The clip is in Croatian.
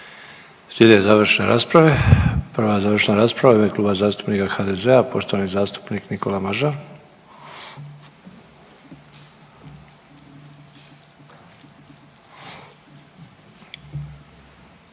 Slijede završne rasprave. Prva završna rasprava u ime Kluba zastupnika HDZ-a poštovani zastupnik Nikola Mažar.